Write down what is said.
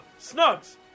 Snugs